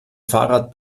fahrrad